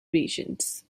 regions